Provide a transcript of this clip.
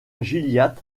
gilliatt